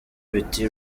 biti